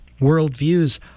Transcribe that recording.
worldviews